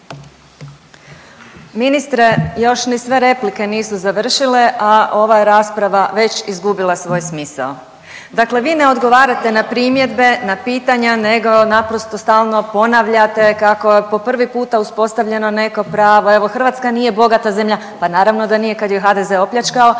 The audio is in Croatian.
Ministre, još ni sve replike nisu završile, a ova je rasprava već izgubila svoj smisao. Dakle vi ne odgovarate na primjedbe, na pitanja, nego naprosto stalno ponavljate kako je po prvi puta uspostavljeno neko pravo, evo Hrvatska nije bogata zemlja. Pa naravno da nije kad ju je HDZ opljačkao,